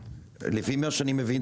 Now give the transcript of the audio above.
לפי מה שאני מבין,